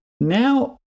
Now